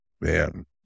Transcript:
Man